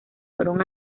fueron